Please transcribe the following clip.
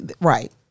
Right